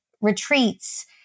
retreats